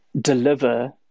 deliver